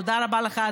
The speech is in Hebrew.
תודה רבה לך,